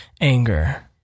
anger